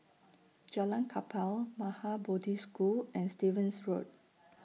Jalan Kapal Maha Bodhi School and Stevens Road